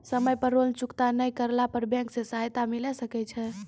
समय पर लोन चुकता नैय करला पर बैंक से राहत मिले सकय छै?